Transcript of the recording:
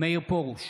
מאיר פרוש,